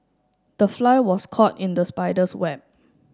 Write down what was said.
the fly was caught in the spider's web